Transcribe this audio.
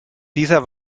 dieser